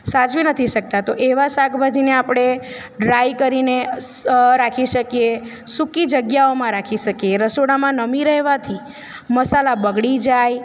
સાચવી નથી શકતા તો એવા શાકભાજીને આપણે ડ્રાય કરીને સ રાખી શકીએ સૂકી જગ્યાઓમાં રાખી શકીએ રસોડામાં નમી રહેવાથી મસાલા બગડી જાય